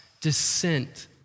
descent